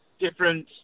different